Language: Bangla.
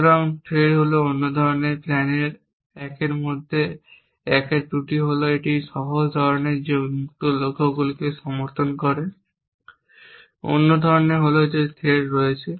সুতরাং থ্রেড হল অন্য ধরনের প্ল্যানের 1 এর মধ্যে 1 এর ত্রুটি হল একটি সহজ ধরনের যে উন্মুক্ত লক্ষ্যগুলিকে সমর্থন করে অন্য ধরনের হল যে থ্রেড রয়েছে